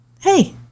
hey